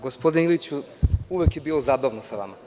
Gospodine Iliću, uvek je bilo zabavno sa vama.